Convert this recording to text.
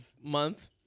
month